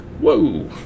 Whoa